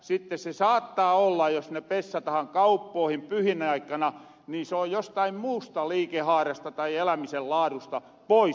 sitten se saattaa olla jos ne pessatahan kauppoihin pyhien aikana niin se on jostain muusta liikehaarasta tai elämisen laadusta pois